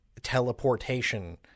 teleportation